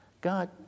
God